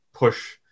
push